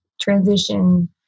transition